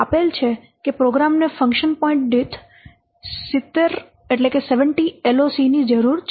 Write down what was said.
આપેલ છે કે પ્રોગ્રામને ફંક્શન પોઇન્ટ દીઠ 70 LOC ની જરૂર છે